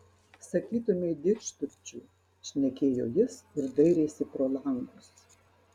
sakytumei didžturčių šnekėjo jis ir dairėsi pro langus